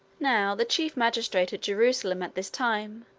now the chief magistrate at jerusalem at this time,